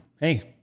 hey